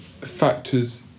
factors